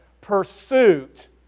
pursuit